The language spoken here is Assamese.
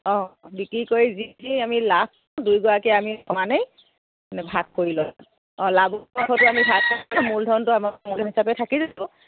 অঁ বিক্ৰী কৰি যি আমি লাভ দুয়োগৰাকী আমি সমানেই মানে ভাগ কৰি লৈ অঁ লাভ হয়তো আমি ভাগ ভাগ কৰি ল'ম আৰু মূলধনটো আমাৰ মূল হিচাপে থাকি যাব